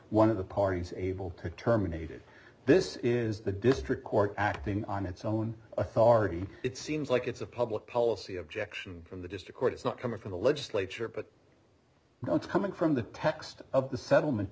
one of the parties able to terminate it this is the district court acting on its own authority it seems like it's a public policy objection from the district court it's not coming from the legislature but no it's coming from the text of the settlement